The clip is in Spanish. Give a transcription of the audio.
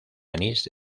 anís